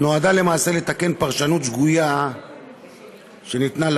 נועדה למעשה לתקן פרשנות שגויה שניתנה לחוק.